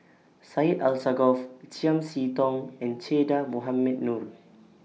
Syed Alsagoff Chiam See Tong and Che Dah Mohamed Noor